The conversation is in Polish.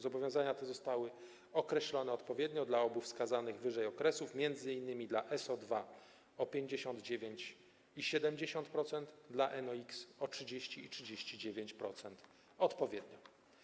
Zobowiązania te zostały określone odpowiednio dla obu wskazanych wyżej okresów, m.in. dla SO2 - o 59 i 70%, dla NOx - o 30 i 39% odpowiednio.